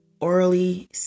orally